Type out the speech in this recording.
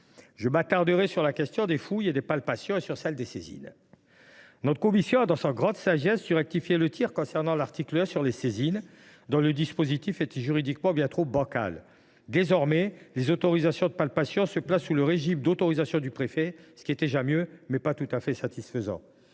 Je m’attarderai sur la question des fouilles et des palpations, ainsi que sur celle des saisies. Notre commission, dans sa grande sagesse, a su rectifier le tir concernant l’article 1 sur les saisies, dont le dispositif était juridiquement bien trop bancal. Désormais, les autorisations de palpations sont placées sous le régime d’autorisation du préfet, ce qui est déjà mieux, mais pas tout à fait satisfaisant